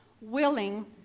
willing